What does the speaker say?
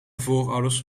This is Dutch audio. voorouders